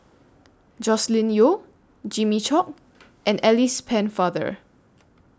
Joscelin Yeo Jimmy Chok and Alice Pennefather